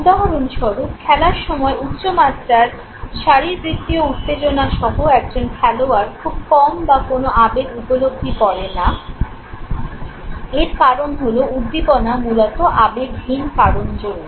উদাহরণস্বরূপ খেলার সময় উচ্চ মাত্রার শারীরবৃত্তীয় উত্তেজনা সহ একজন খেলোয়াড় খুব কম বা কোন আবেগ উপলব্ধি করে না এর কারণ হল উদ্দীপনা মূলত আবেগহীন কারণজনিত